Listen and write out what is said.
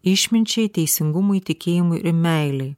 išminčiai teisingumui tikėjimui ir meilei